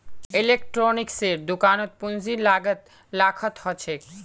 इलेक्ट्रॉनिक्सेर दुकानत पूंजीर लागत लाखत ह छेक